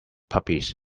puppies